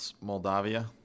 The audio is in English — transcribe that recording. Moldavia